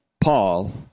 Paul